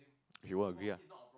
if you won't agree ah